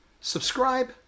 subscribe